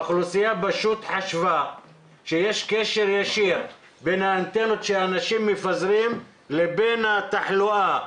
האוכלוסייה חשבה שיש קשר ישיר בין האנטנות שאנשים מפזרים לבין התחלואה.